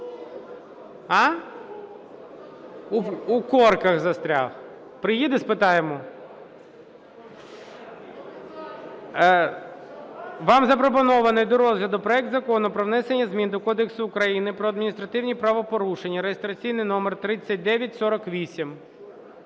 У корках застряв. Приїде, спитаємо. Вам запропонований до розгляду проект Закону про внесення змін до Кодексу України про адміністративні правопорушення (реєстраційний номер 3948).